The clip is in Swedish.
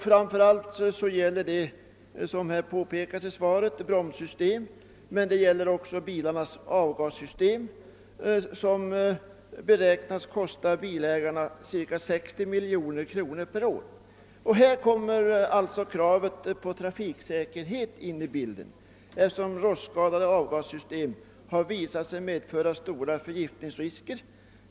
Framför allt gäller det, som också har påpekats i svaret, bromssystem och avgassystem, där skadorna beräknas kosta bilägarna ca 60 miljoner kronor per år. Här kommer också kravet på trafiksäkerhet in i bilden, eftersom rostskadade avgassystem har visat sig medföra stora förgiftningsrisker.